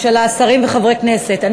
חברת הכנסת מירי רגב.